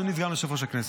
אדוני סגן יושב-ראש הכנסת.